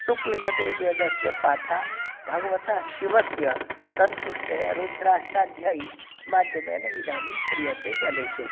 शुक्लयजुर्वेदस्य पाठः भगवतः शिवस्य सन्तुष्ट्या रुद्राष्टाध्यायीमाध्यमेन इदानीं क्रियते जनेषु